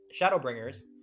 Shadowbringers